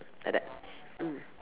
like that mm